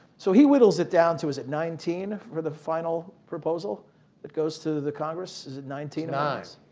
so he whittles it down to, is it nineteen, for the final proposal that goes to the congress? is it nineteen? nine.